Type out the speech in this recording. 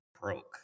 broke